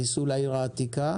תיסעו לעיר העתיקה.